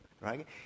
right